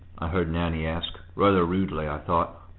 i heard nanny ask, rather rudely, i thought.